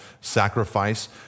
sacrifice